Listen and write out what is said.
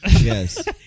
Yes